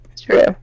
True